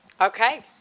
Okay